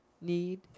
need